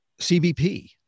CBP